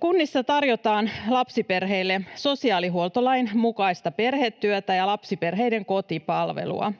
Kunnissa tarjotaan lapsiperheille sosiaalihuoltolain mukaista perhetyötä ja lapsiperheiden kotipalvelua,